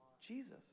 Jesus